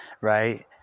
right